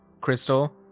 crystal